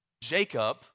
Jacob